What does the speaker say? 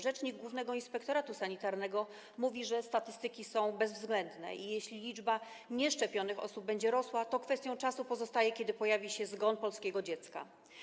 Rzecznik Głównego Inspektoratu Sanitarnego mówi, że statystyki są bezwzględne i jeśli liczba nieszczepionych osób będzie rosła, to kwestią czasu pozostanie to, kiedy pojawi się zgon polskiego dziecka.